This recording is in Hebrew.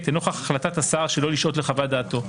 לנוכח החלטת השר שלא לשעות לחוות-דעתו.